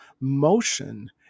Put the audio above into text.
motion